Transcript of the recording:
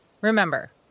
Remember